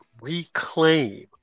reclaim